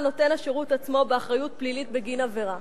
נותן השירות עצמו באחריות פלילית בגין עבירה,